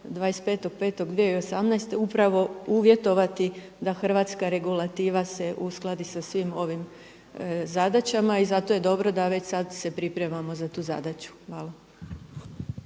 25.5.2108. upravo uvjetovati da hrvatska regulativa se uskladi sa svim ovim zadaćama. I zato je dobro da već sad se pripremamo za tu zadaću. Hvala.